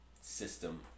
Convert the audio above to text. system